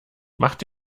macht